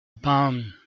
bun